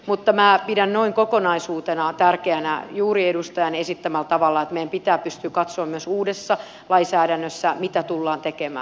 mutta minä pidän noin kokonaisuutena tärkeänä juuri edustajan esittämällä tavalla että meidän pitää pystyä katsomaan myös uudessa lainsäädännössä mitä tullaan tekemään